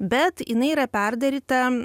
bet jinai yra perdaryta